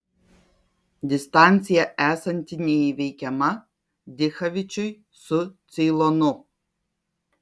distancija esanti neįveikiama dichavičiui su ceilonu